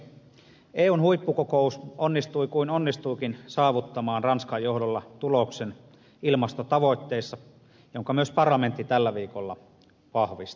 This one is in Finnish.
eun huippukokous onnistui kuin onnistuikin saavuttamaan ranskan johdolla tuloksen ilmastotavoitteissa jonka myös parlamentti tällä viikolla vahvisti